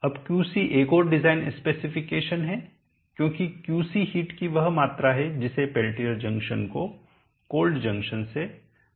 अब क्यूसी एक और डिज़ाइन स्पेसिफिकेशन है क्योंकि क्यूसी हिट की वह मात्रा है जिसे पेल्टियर जंक्शन को कोल्ड जंक्शन से निकालना होगा